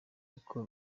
uko